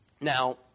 Now